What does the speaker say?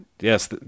yes